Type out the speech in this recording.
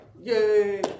Yay